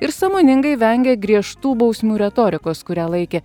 ir sąmoningai vengė griežtų bausmių retorikos kurią laikė